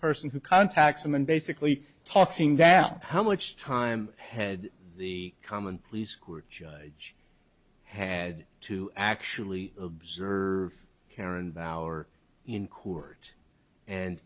person who contacts them and basically talking down how much time had the common pleas court judge had to actually observe care and the hour in court and